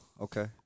Okay